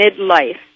midlife